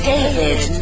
David